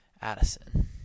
Addison